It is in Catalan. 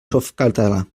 softcatalà